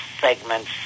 segments